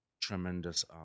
tremendous